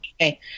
Okay